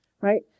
right